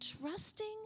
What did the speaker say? trusting